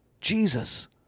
Jesus